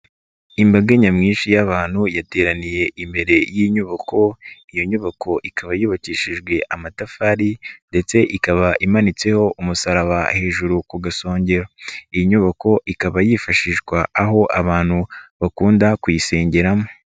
Imbaga nyamwinshi y'abantu yateraniye imbere y'inyubako, iyo nyubako ikaba yubakishijwe amatafari, ndetse ikaba imanitseho umusaraba hejuru ku gasongero. Iyi nyubako ikaba yifashishwa aho abantu bakunda kuyisengeramo.